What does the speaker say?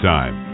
Time